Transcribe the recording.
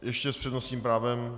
Ještě s přednostním právem.